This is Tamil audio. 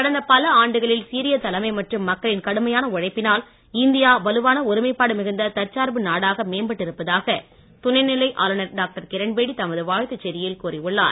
கடந்த பல ஆண்டுகளில் சீரிய தலைமை மற்றும் மக்களின் கடுமையான உழைப்பினால் இந்தியா வலுவான ஒருமைப்பாடு மிகுந்த தற்சார்பு நாடாக மேம்பட்டு இருப்பதாக துணைநிலை ஆளுநர் டாக்டர் கிரண்பேடி தமது வாழ்த்து செய்தியில் கூறியுள்ளார்